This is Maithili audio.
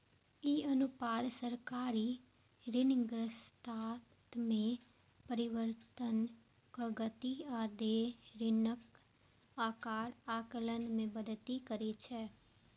ई अनुपात सरकारी ऋणग्रस्तता मे परिवर्तनक गति आ देय ऋणक आकार आकलन मे मदति करै छै